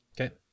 Okay